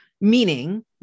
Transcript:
meaning